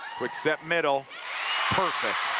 quick set middle perfect.